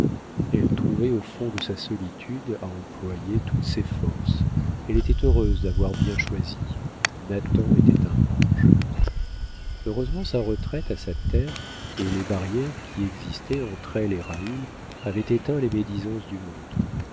elle trouvait au fond de sa solitude à employer toutes ses forces elle était heureuse d'avoir bien choisi nathan était un ange heureusement sa retraite à sa terre et les barrières qui existaient entre elle et raoul avaient éteint les médisances du monde